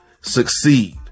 succeed